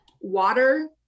Water